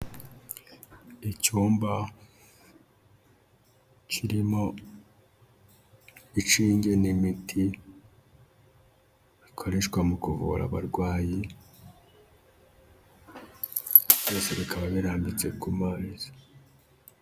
Icyumba kirimo inshinge n'imiti bikoreshwa mu kuvura abarwayi, byose bikaba birambitse ku mazi.